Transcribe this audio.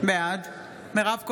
בעד מירב כהן,